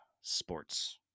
sports